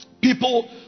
people